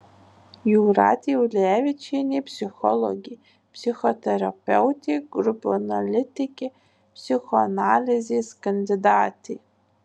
jūratė ulevičienė psichologė psichoterapeutė grupių analitikė psichoanalizės kandidatė